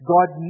God